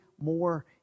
more